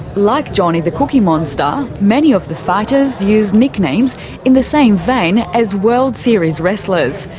like johnny, the cookie monster, many of the fighters use nicknames in the same vein as world series wrestlers.